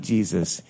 Jesus